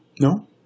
No